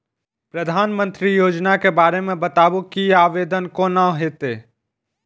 प्रधानमंत्री योजना के बारे मे बताबु की आवेदन कोना हेतै?